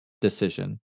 decision